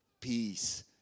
peace